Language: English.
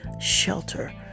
shelter